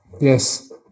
Yes